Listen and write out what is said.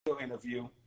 interview